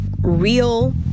real